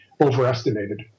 overestimated